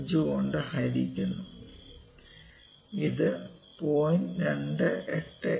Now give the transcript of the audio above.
5 കൊണ്ട് ഹരിക്കുന്നു√35 ഇത് 0